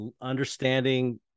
understanding